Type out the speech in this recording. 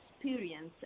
experience